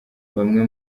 bamwe